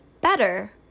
better